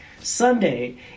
Sunday